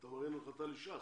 אתה מרים להנחתה ל-ש"ס.